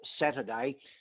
Saturday